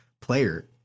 player